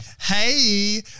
hey